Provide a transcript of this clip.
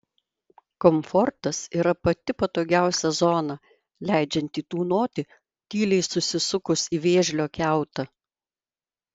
komfortas yra pati patogiausia zona leidžianti tūnoti tyliai susisukus į vėžlio kiautą